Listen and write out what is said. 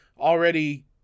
already